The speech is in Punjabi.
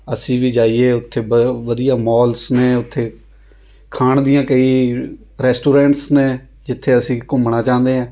ਅਸੀਂ ਵੀ ਜਾਈਏ ਉੱਥੇ ਬਹੁਤ ਵਧੀਆ ਮੋਲਸ ਨੇ ਉੱਥੇ ਖਾਣ ਦੀਆਂ ਕਈ ਰੈਸਟੋਰੈਂਟਸ ਨੇ ਜਿੱਥੇ ਅਸੀਂ ਘੁੰਮਣਾ ਚਾਹੁੰਦੇ ਹਾਂ